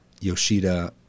Yoshida